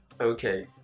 okay